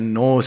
no